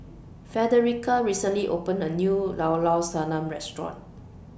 Frederica recently opened A New Llao Llao Sanum Restaurant